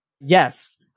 Yes